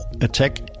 attack